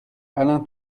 alain